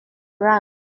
around